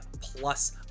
plus